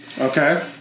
Okay